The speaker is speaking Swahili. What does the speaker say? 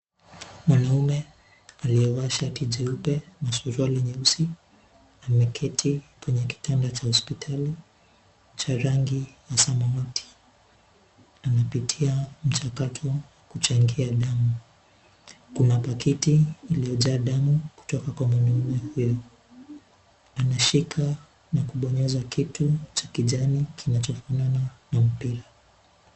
Mwanaume aliyevaa shati jeupe na suruali nyeusi ameketi kwenye kitanda cha hospitali cha rangi ya samawati, amepitia mchakato wa kuchangia damu. Kuna pakiti iliyojaa damu kutoka kwa mwanaume huyo. Anashika na kubonyeza kitu cha kijani kinachofanana na mpira.